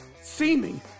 seeming